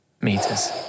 meters